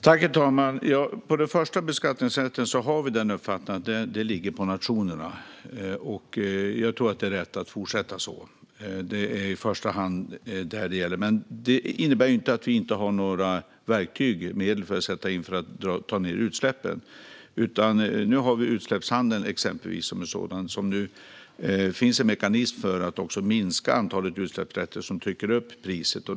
Herr talman! När det gäller beskattningsrätten har vi uppfattningen att den ligger på nationerna. Jag tror att det är rätt att fortsätta så. Det är i första hand det som det gäller. Detta innebär dock inte att vi inte har verktyg och medel att sätta in för att ta ned utsläppen. I utsläppshandeln finns en mekanism för att minska antalet utsläppsrätter som trycker upp priset.